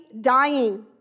dying